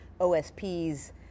OSP's